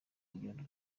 urugero